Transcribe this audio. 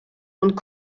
und